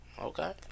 Okay